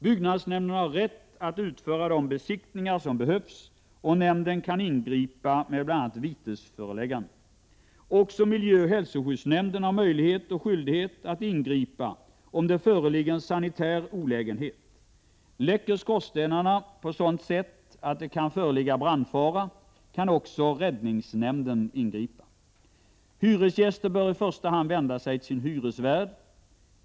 Byggnadsnämnden har rätt att utföra de besiktningar som behövs, och nämnden kan ingripa med bl.a. vitesförelägganden. Också miljöoch hälsoskyddsnämnden har möjlighet och skyldighet att ingripa om det föreligger en sanitär olägenhet. Läcker skorstenen på sådant sätt att det kan föreligga brandfara, kan också räddningsnämnden ingripa. Hyresgäster bör i första hand vända sig till sin hyresvärd.